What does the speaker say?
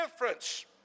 difference